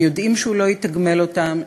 הם יודעים שהוא לא יתגמל אותם,